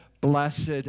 blessed